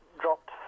dropped